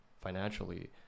financially